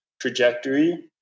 trajectory